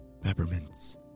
peppermints